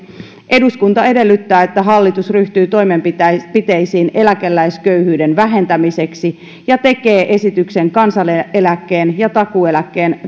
eduskunta edellyttää että hallitus ryhtyy toimenpiteisiin eläkeläisköyhyyden vähentämiseksi ja tekee esityksen kansaneläkkeen ja takuueläkkeen